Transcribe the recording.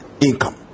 income